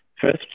First